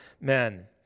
men